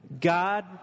God